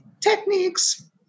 techniques